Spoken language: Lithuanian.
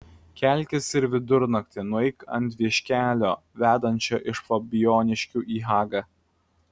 kelkis ir vidurnaktį nueik ant vieškelio vedančio iš fabijoniškių į hagą